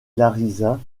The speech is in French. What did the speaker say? larisa